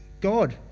God